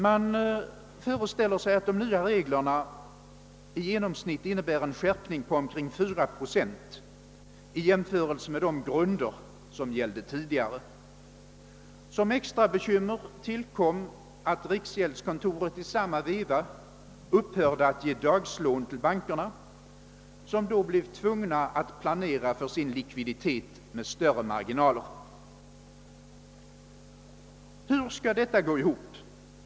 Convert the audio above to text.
Man räknar med att de nya reglerna i genomsnitt innebär en skärpning på omkring 4 procent i jämförelse med de grunder som gällde tidigare. Som extra bekymmer tillkom att riksgäldskontoret samtidigt upphörde att ge dagslån till bankerna, vilka då blev tvungna att planera för sin likviditet med större marginaler. Hur skall detta gå ihop?